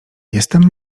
jestem